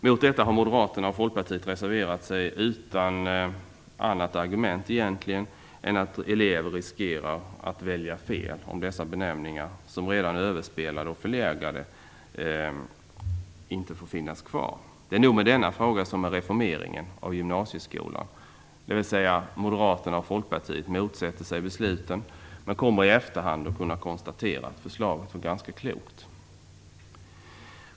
Mot detta har Moderaterna och Folkpartiet reserverat sig utan att egentligen ha något annat argument än att elever riskerar att välja fel om dessa benämningar, som redan är överspelade och förlegade, inte finns kvar. Det blir nog med denna fråga som med reformeringen av gymnasieskolan, dvs. att Moderaterna och Folkpartiet motsätter sig besluten men i efterhand kommer att konstatera att förslaget var ganska klokt.